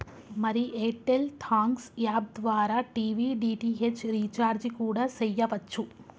మరి Airtel Thanks app ద్వారా TV DTH recharge కూడా సెయ్యవచ్చు